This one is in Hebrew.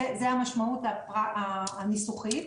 זאת המשמעות הניסוחית.